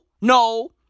no